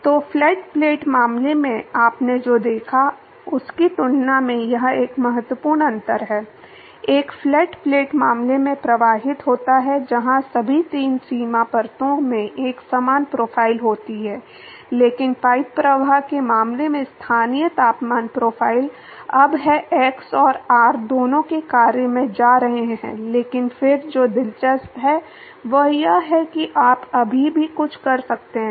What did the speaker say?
तो flat plate मामले में आपने जो देखा उसकी तुलना में यह एक महत्वपूर्ण अंतर है एक फ्लैट प्लेट मामले में प्रवाहित होता है जहां सभी तीन सीमा परतों में एक समान प्रोफ़ाइल होती है लेकिन पाइप प्रवाह के मामले में स्थानीय तापमान प्रोफ़ाइल अब है एक्स और आर दोनों के कार्य में जा रहे हैं लेकिन फिर जो दिलचस्प है वह यह है कि आप अभी भी कुछ कर सकते हैं